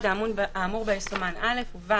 האמור בה יסומן (א), ובה